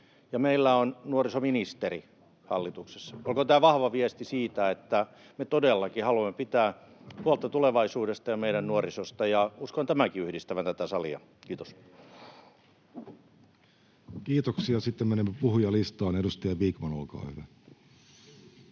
meillä on nuorisoministeri hallituksessa. Olkoon tämä vahva viesti siitä, että me todellakin haluamme pitää huolta tulevaisuudesta ja meidän nuorisosta, ja uskon tämänkin yhdistävän tätä salia. — Kiitos. [Speech 176] Speaker: Jussi Halla-aho